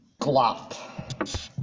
glop